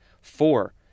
Four